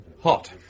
Hot